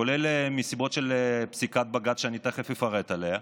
כולל מסיבות של פסיקת בג"ץ שאני תכף אפרט עליה,